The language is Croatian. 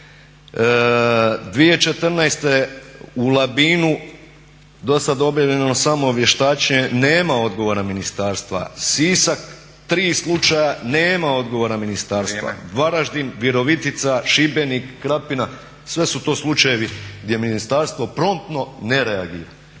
2014. u Labinu dosad obavljeno samo vještačenje, nema odgovora ministarstva. Sisak, 3 slučaja i nema odgovora ministarstva. Varaždin, Virovitica, Šibenik, Krapina sve su to slučajevi gdje ministarstvo promptno ne reagira.